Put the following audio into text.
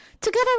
Together